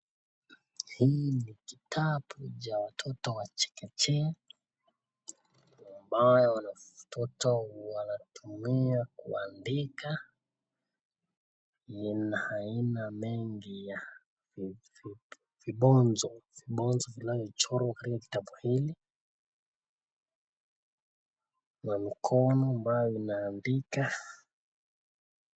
Hii ni kitabu cha watoto wa chekechea ambayo watoto wanatumia kuandika aina mengi ya vibonzo, vinavyochorwa katika kitabu hiki na mikoni ambayo inaandika.